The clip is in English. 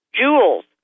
jewels